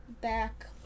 back